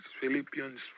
Philippians